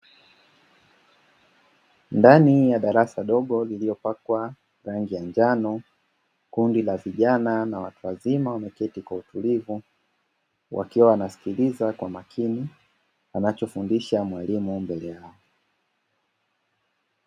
Ndani ya darasa dogo lililopakwa rangi ya njano, kundi la vijana na watu wazima wameketi kwa utulivu wakiwa wanasikiliza kwa makini wanachofundusha mwalimu aliye mbele yao.